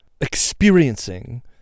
experiencing